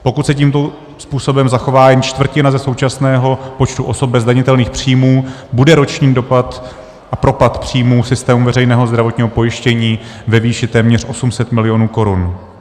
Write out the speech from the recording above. Pokud se tímto způsobem zachová jen čtvrtina ze současného počtu osob bez zdanitelných příjmů, bude roční dopad a propad příjmů v systému veřejného zdravotního pojištění ve výši téměř 800 milionů korun.